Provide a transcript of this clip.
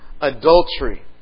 adultery